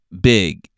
big